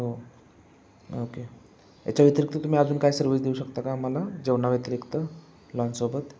हो ओके याच्या व्यतिरिक्त तुम्ही अजून काय सर्विस देऊ शकता का आम्हाला जेवणाव्यतिरिक्त लॉन्सोबत